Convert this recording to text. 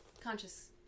Conscious